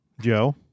Joe